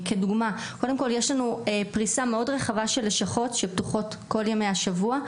קודם כל יש לנו פריסה מאוד רחבה של לשכות שפתוחות כל ימי השבוע,